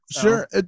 Sure